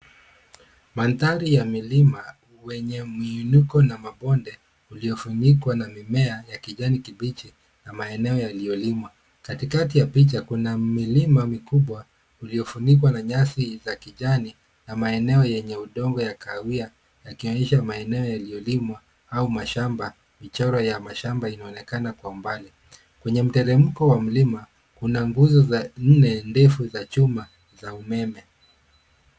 Mandhari ya milima wenye miinuko na mabonde uliyofunikwa na mimea ya kijani kibichi na maeneo yaliyolimwa. Katikati ya picha kuna milima mikubwa uliyofunikwa na nyasi za kijani na maeneo yenye udongo ya kahawia yakionyesha maeneo yaliyolimwa au mashamba, michoro ya mashamba inaonekana kwa mbali. Kwenye mteremko wa mlima kuna nguzo za nne ndefu za chuma za umeme.